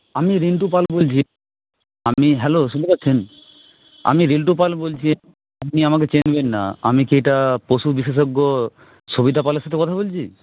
আমি রিন্টু পাল বলছি আমি হ্যালো শুনতে পাচ্ছেন আমি রিন্টু পাল বলছি আপনি আমাকে চিনবেন না আমি কি এটা পশু বিশেষজ্ঞ সবিতা পালের সাথে কথা বলছি